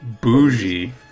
Bougie